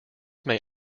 may